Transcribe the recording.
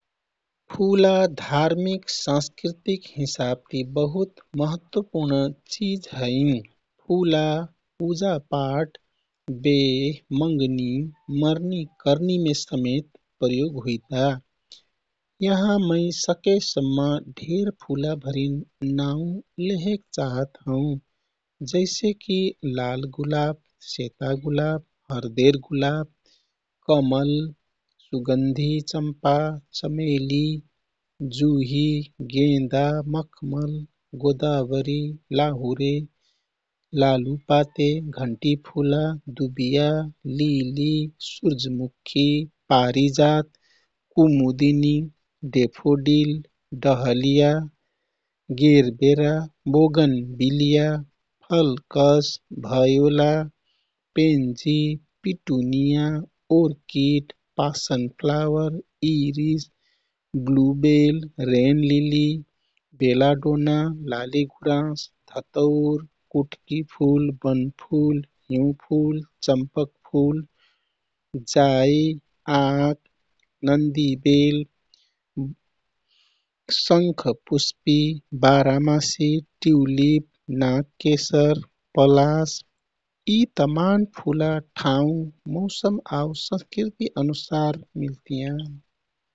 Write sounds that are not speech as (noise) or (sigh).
फुला धार्मिक, साँस्कृतिक हिसाबति बहुत महत्वपूर्ण चिज हैँ। फुला पुजापाठ, बेह, मंगनी, मर्निकरनी मे समेत प्रयोग हुइता। यहाँ मै सकेसम्म ढेर फुला भरिन नाउ लेहेक चाहत हौँ। जैसेकी लाल गुलाब, सेता गुलाब, हरदेर गुलाब, कमल, सुगन्धी चम्पा, चमेली, जुही, गेंदा, मखमल, गोदाबरी, लाहुरे, लालुपाते, घण्टीफुला, दुबिया, लिली, सुर्जमुखी, पारीजात, कुमुदिनी, daffodil, dahlia, gerbera, bougainvillea, phlox, viola, pansy, petunia, orchid, passion flower, iris, bluebell, rain lily, belladonna, लालीगुँरास, धतौर, कुटकी फुल, बनफुल, हिँउ फुल, चम्पक फुल, जाइ, आक, नन्दी बेल, (hesitation) शंख पुष्पी, बारामासी, ट्युलिप, नागकेशर, पलास। यी तमान फुला ठाँउ, मौसम आउ संस्कृति अनुसार मिल्तियाँ।